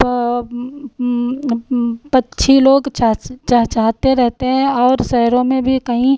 पर पक्षी लोग चास चाह चाहते रहते हैं और शहरों में भी कहीं